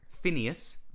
Phineas